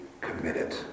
committed